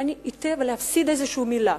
שאני אטעה ואפסיד איזו מלה,